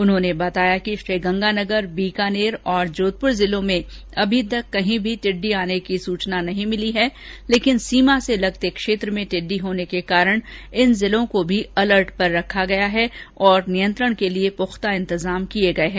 उन्होंने बताया कि श्रीगंगानगर बीकानेर और जोधपुर जिलों में अभी तक कहीं भी टिड्डी आने की सूचना नहीं मिली है लेकिन सीमा से लगते क्षेत्र में टिड्डी होने के कारण इन जिलों को भी अलर्ट पर रखा गया है और नियंत्रण के लिए पुख्ता इंतजाम किए गए हैं